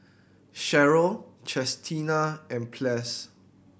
Cheryl Chestina and Ples